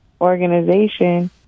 organization